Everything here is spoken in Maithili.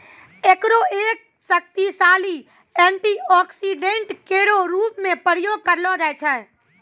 एकरो एक शक्तिशाली एंटीऑक्सीडेंट केरो रूप म प्रयोग करलो जाय छै